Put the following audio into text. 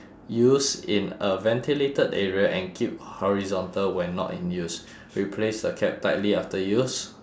use in a ventilated area and keep horizontal when not in use replace the cap tightly after use